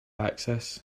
access